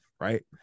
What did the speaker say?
Right